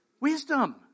wisdom